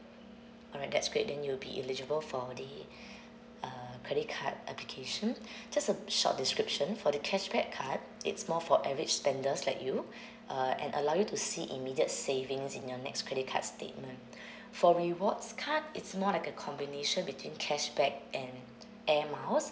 alright that's great then you'll be eligible for the uh credit card okay just a short description for the cashback card it's more for average spenders like you uh and allow you to see immediate savings in your next credit card statement for rewards card it's more like a combination between cashback and air miles